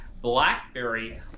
BlackBerry